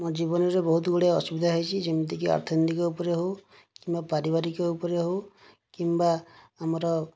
ମୋ' ଜୀବନରେ ବହୁତଗୁଡ଼ିଏ ଅସୁବିଧା ହୋଇଛି ଯେମିତିକି ଅର୍ଥନୈତିକ ଉପରେ ହେଉ କିମ୍ବା ପାରିବାରିକ ଉପରେ ହେଉ କିମ୍ବା ଆମର